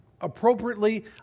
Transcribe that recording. appropriately